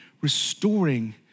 restoring